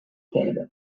canada